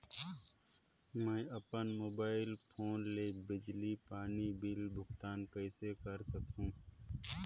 मैं अपन mobile phone ले बिजली पानी बिल भुगतान कइसे कर सकहुं?